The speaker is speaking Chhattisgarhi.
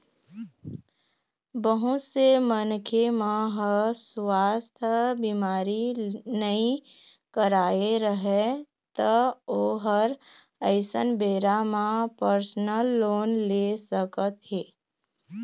बहुत से मनखे मन ह सुवास्थ बीमा नइ करवाए रहय त ओ ह अइसन बेरा म परसनल लोन ले सकत हे